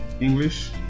english